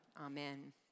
Amen